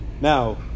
Now